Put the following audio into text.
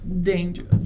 dangerous